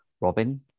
Robin